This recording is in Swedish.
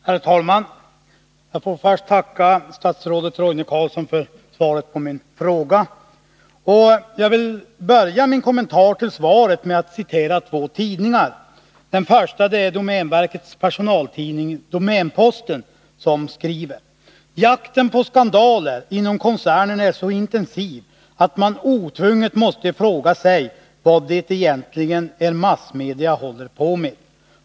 Herr talman! Jag får först tacka statsrådet Roine Carlsson för svaret på min fråga. Jag vill börja min kommentar till svaret med att citera två tidningar. Den första är domänverkets personaltidning DomänPosten, som skriver ”Jakten på ”skandaler” inom koncernen är så intensiv att man otvunget måste fråga sig vad det egentligen är massmedia håller på med.